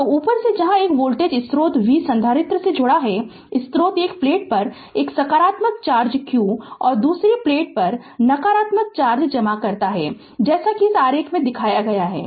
तो ऊपर से जहां एक वोल्टेज स्रोत v संधारित्र से जुड़ा है स्रोत एक प्लेट पर एक सकारात्मक चार्ज q और दूसरी प्लेट पर नकारात्मक चार्ज जमा करता है जैसा कि इस आरेख में दिखाया गया है